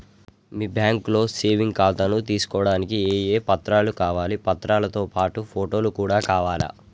మీ బ్యాంకులో సేవింగ్ ఖాతాను తీసుకోవడానికి ఏ ఏ పత్రాలు కావాలి పత్రాలతో పాటు ఫోటో కూడా కావాలా?